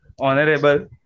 honorable